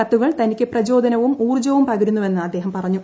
കത്തുകൾ തനിക്ക് പ്രചോദനവും ഊർജ്ജവും പകരുന്നുവെന്ന് അദ്ദേഹം പറഞ്ഞു